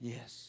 Yes